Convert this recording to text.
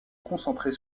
concentrer